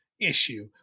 issue